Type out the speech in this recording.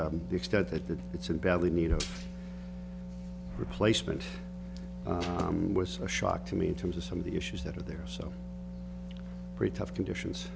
extent the extent that it's in badly need a replacement was a shock to me in terms of some of the issues that are there so pretty tough conditions